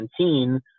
2017